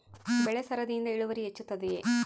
ಬೆಳೆ ಸರದಿಯಿಂದ ಇಳುವರಿ ಹೆಚ್ಚುತ್ತದೆಯೇ?